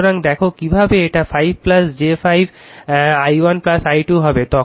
সুতরাং দেখো কিভাবে এটা 5 j 5 i1 i2 হবে